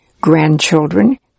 grandchildren